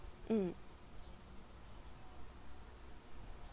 mm